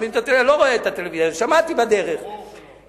אני לא רואה טלוויזיה, אבל שמעתי בדרך, ברור שלא.